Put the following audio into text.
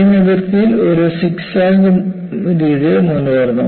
grain അതിർത്തിയിൽ ഒരു zigzag രീതിയിൽ മുന്നേറുന്നു